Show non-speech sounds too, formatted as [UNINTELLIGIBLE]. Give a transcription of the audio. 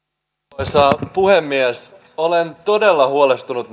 arvoisa puhemies olen todella huolestunut [UNINTELLIGIBLE]